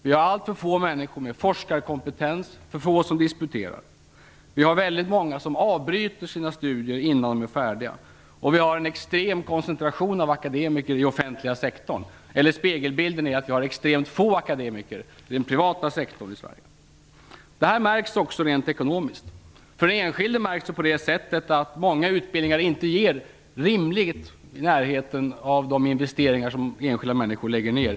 Vi har alltför få människor med forskarkompetens och för få som disputerar. Vi har väldigt många som avbryter sina studier innan de är färdiga, och vi har en extrem koncentration av akademiker i den offentliga sektorn. Spegelbilden är att vi har extremt få akademiker i den privata sektorn i Sverige. Detta märks också rent ekonomiskt. För den enskilde märks det på att många utbildningar inte ger en lön som är rimligt i närheten av de investeringar som enskilda människor lägger ner.